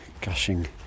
gushing